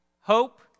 hope